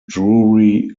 drury